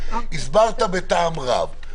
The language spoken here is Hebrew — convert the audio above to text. הסברת את זה בטעם רב,